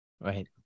Right